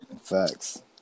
Facts